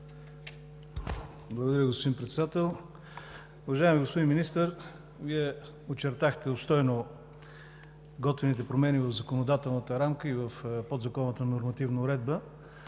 Благодаря, господин Председател. Уважаеми господин Министър, Вие очертахте обстойно готвените промени в законодателната рамка и в подзаконовата нормативна уредба.